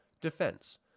Defense